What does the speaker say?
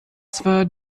zwar